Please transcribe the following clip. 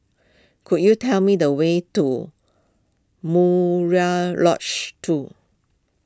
could you tell me the way to Murai Lodge two